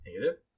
Negative